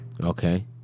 Okay